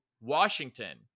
Washington